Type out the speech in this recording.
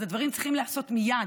אז הדברים צריכים להיעשות מייד,